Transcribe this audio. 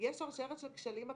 יש שרשרת של כשלים מקדימה.